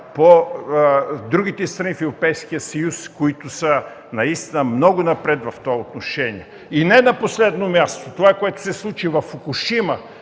с другите страни в Европейския съюз, които са наистина много напред в това отношение. Не на последно място – това, което се случи във Фукушима